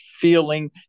feeling